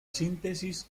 síntesis